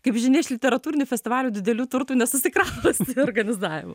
kaip žinia iš literatūrinių festivalių didelių turtų nesusikrausi organizavimu